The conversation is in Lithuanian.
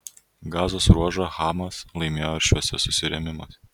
gazos ruožą hamas laimėjo aršiuose susirėmimuose